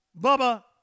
Bubba